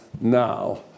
now